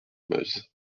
meuse